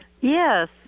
Yes